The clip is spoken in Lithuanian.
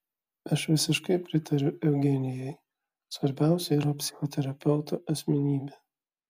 aš visiškai pritariu eugenijui svarbiausia yra psichoterapeuto asmenybė